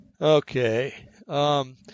Okay